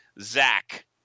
Zach